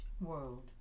world